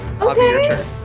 Okay